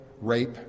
rape